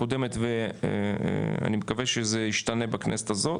הקודמת ואני מקווה שזה ישתנה בכנסת הזו,